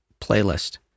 playlist